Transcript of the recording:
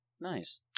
nice